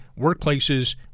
Workplaces